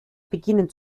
beginnen